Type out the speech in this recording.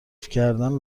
کردن